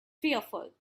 fearful